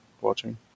watching